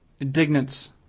indignance